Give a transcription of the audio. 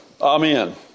Amen